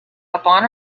upon